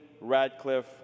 Radcliffe